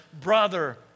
brother